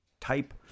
type